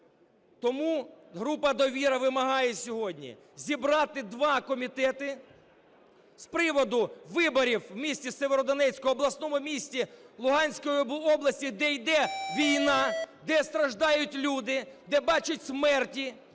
Тому група "Довіра" вимагає сьогодні зібрати два комітети з приводу виборів в місті Сєвєродонецьку, обласному місті Луганської області, де йде війна, де страждають люди, де бачать смерті,